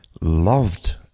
loved